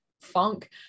funk